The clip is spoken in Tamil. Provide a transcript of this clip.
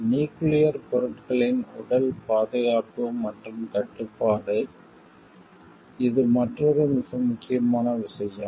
நியூக்கிளியர் பொருட்களின் உடல் பாதுகாப்பு மற்றும் கட்டுப்பாடு இது மற்றொரு மிக முக்கியமான விஷயம்